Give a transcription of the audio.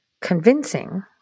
convincing